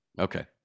Okay